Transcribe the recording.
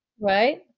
Right